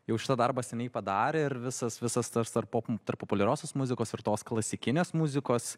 jau šitą darbą seniai padarė ir visas visas taps tarpo tarp populiariosios muzikos ir tos klasikinės muzikos